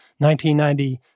1990